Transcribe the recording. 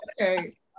Okay